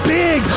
big